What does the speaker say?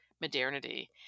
modernity